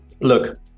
look